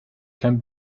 can